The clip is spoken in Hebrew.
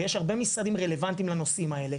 ויש הרבה משרדים רלוונטיים לנושאים האלה,